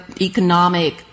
economic